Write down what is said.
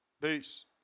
Peace